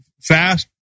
fast